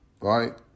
right